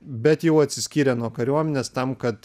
bet jau atsiskyrė nuo kariuomenės tam kad